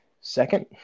Second